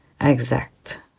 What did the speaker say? exact